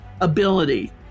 ability